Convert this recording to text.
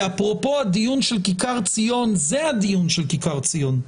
ואפרופו הדיון של כיכר ציון - זה הדיון של כיכר ציון.